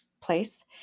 place